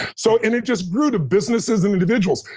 so and it just grew to businesses and individuals.